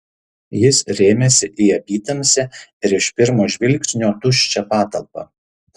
jis rėmėsi į apytamsę ir iš pirmo žvilgsnio tuščią patalpą